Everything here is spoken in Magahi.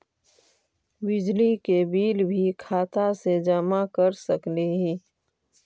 बिजली के बिल भी खाता से जमा कर सकली ही?